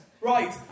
Right